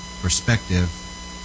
perspective